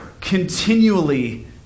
continually